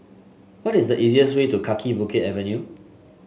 what is the easiest way to Kaki Bukit Avenue